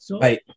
Right